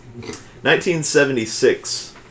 1976